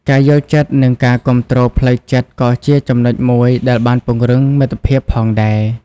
ការយល់ចិត្តនិងការគាំទ្រផ្លូវចិត្តក៏ជាចំណុចមួយដែលបានពង្រឹងមិត្តភាពផងដែរ។